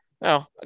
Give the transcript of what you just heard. No